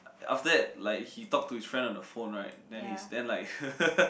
after that like he talk to his friend on the phone right then he's then like